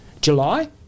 July